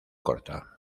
corta